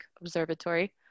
observatory